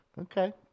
Okay